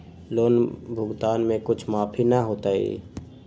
Loan भुगतान में कुछ माफी न होतई?